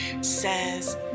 says